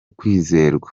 kwizerwa